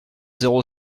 zéro